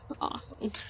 awesome